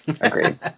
agreed